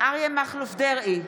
אריה מכלוף דרעי,